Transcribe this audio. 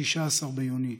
16 ביוני,